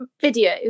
video